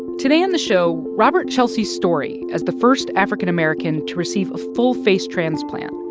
today in the show, robert chelsea's story as the first african american to receive a full face transplant.